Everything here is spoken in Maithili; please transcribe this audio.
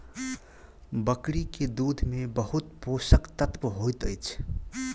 बकरी के दूध में बहुत पोषक तत्व होइत अछि